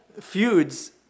feuds